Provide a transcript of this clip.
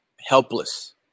helpless